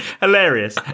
hilarious